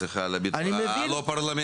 סליחה על הביטוי לא פרלמנטרי.